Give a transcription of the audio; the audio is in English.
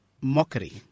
mockery